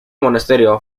monasterio